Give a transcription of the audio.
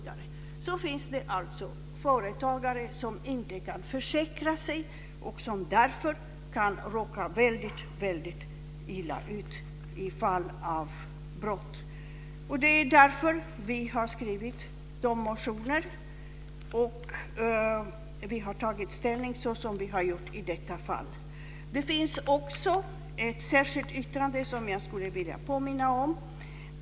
Det finns alltså företagare som inte kan försäkra sig och som därför kan råka väldigt, väldigt illa ut vid fall av brott. Det är därför som vi har skrivit de motioner och tagit den ställning såsom vi har gjort i detta fall. Det finns också ett särskilt yttrande som jag skulle vilja påminna om.